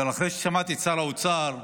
אבל אחרי ששמעתי את שר האוצר,